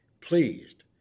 Pleased